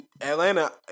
Atlanta